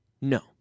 No